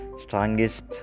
strongest